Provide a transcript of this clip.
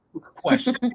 question